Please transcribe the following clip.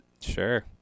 Sure